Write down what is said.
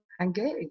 engage